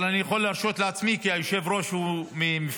אבל אני יכול להרשות לעצמי כי היושב-ראש הוא ממפלגתי,